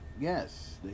Yes